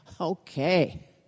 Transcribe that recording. Okay